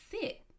sit